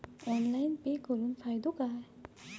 Online pay करुन फायदो काय?